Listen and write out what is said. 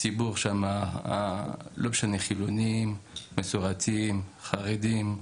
הציבור שם, לא משנה, חילונים, מסורתיים, חרדים.